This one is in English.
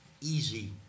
easy